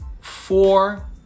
Four